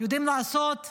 יודעים לעשות הצגות,